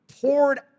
poured